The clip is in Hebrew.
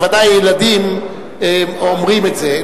בוודאי ילדים אומרים את זה,